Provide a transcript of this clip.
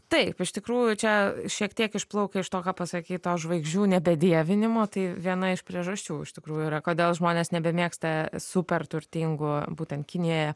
taip iš tikrųjų čia šiek tiek išplaukia iš to ką pasakei to žvaigždžių nebedievinimo tai viena iš priežasčių iš tikrųjų yra kodėl žmonės nebemėgsta super turtingų būtent kinijoje